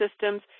systems